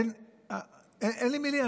אין לי מילים,